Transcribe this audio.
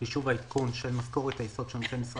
חישוב עדכון משכורת היסוד של נושא משרה